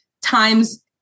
Time's